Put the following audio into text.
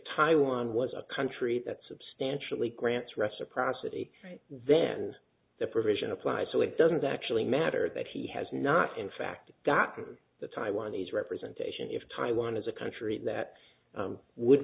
taiwan was a country that substantially grants reciprocity then the provision applies so it doesn't actually matter that he has not in fact got the taiwanese representation if taiwan is a country that would